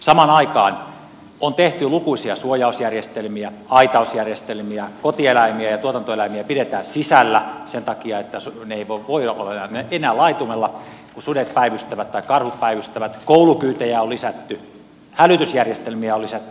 samaan aikaan on tehty lukuisia suojausjärjestelmiä aitausjärjestelmiä kotieläimiä ja tuotantoeläimiä pidetään sisällä sen takia että ne eivät vain voi olla enää laitumella kun sudet päivystävät tai karhut päivystävät koulukyytejä on lisätty hälytysjärjestelmiä on lisätty